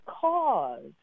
cause